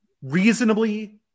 reasonably